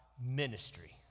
Ministry